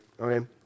Okay